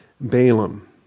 Balaam